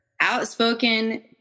outspoken